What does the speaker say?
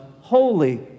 holy